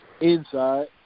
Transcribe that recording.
inside